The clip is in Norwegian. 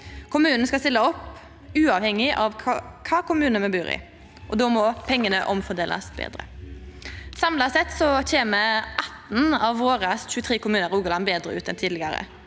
Kommunane skal stilla opp uavhengig av kva kommune me bur i, og då må pengane omfordelast betre. Samla sett kjem 18 av våre 23 kommunar i Rogaland betre ut enn tidlegare.